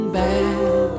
bad